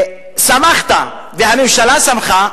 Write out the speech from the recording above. סמכת, והממשלה סמכה,